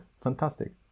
Fantastic